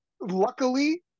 luckily